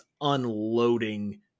unloading